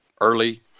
early